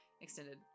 extended